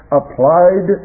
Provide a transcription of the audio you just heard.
applied